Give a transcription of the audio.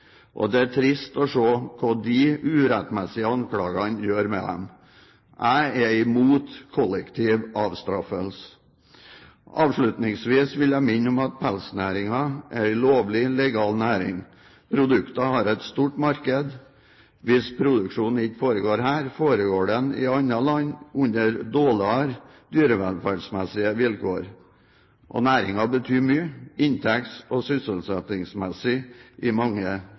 Det er trist å se hva disse urettmessige anklagene gjør med dem. Jeg er imot kollektiv avstraffelse. Avslutningsvis vil jeg minne om at pelsnæringen er en lovlig, legal næring. Produktene har et stort marked. Hvis produksjonen ikke foregår her, foregår den i andre land under dårligere dyrevelferdsmessige vilkår. Næringen betyr mye inntekts- og sysselsettingsmessig i mange